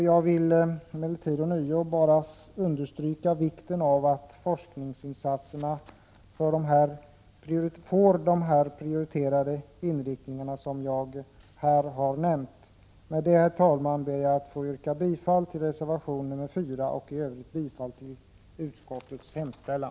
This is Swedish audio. Jag vill ånyo understryka vikten av att forskningsinsatserna får den prioriterade inriktning som jag här har redovisat. Herr talman! Med detta ber jag att få yrka bifall till reservation 4 och i Övrigt till utskottets hemställan.